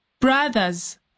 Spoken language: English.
Brothers